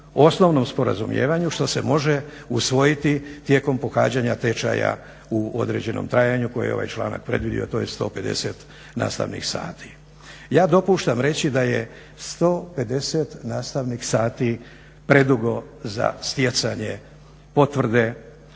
osnovnom sporazumijevanju što se može usvojiti tijekom pohađanja tečaja u određenom trajanju koje je ovaj članak predvidio, a to je 150 nastavnih sati. Ja dopuštam reći da je 150 nastavnih sati predugo za stjecanje potvrde